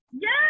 Yes